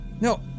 No